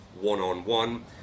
one-on-one